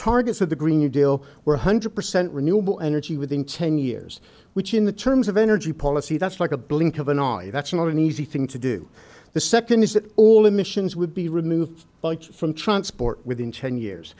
targets of the green new deal we're one hundred percent renewable energy within ten years which in the terms of energy policy that's like a blink of an r v that's not an easy thing to do the nd is that all emissions would be removed from transport within ten years